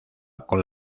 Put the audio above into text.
con